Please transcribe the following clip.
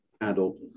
adult